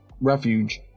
Refuge